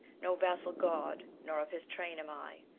no vassal god, nor of his train am i.